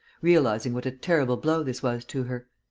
realizing what a terrible blow this was to her.